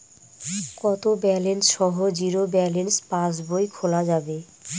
কত ব্যালেন্স সহ zero balance পাসবই খোলা যাবে?